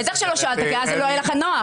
בטח שלא שאלת, כי אז זה לא היה לך נוח.